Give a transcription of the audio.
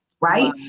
right